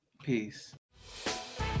Peace